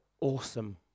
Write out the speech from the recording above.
awesome